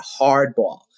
hardball